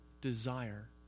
desire